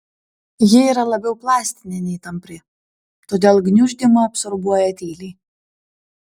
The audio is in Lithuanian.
ji yra labiau plastinė nei tampri todėl gniuždymą absorbuoja tyliai